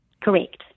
Correct